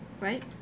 Right